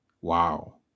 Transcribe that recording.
Wow